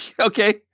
Okay